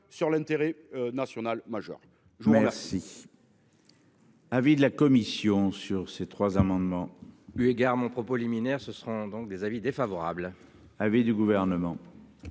sur l'intérêt national majeur.